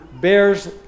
bears